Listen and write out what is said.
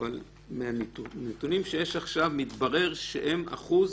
אבל מהנתונים שיש עכשיו מתברר שהם אחוז